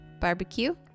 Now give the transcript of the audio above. barbecue